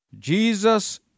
Jesus